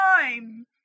time